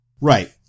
Right